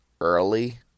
early